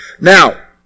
Now